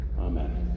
Amen